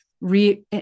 re